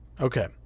Okay